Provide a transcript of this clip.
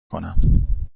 کنم